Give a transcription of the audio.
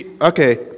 Okay